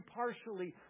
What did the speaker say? partially